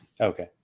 Okay